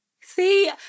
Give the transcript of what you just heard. see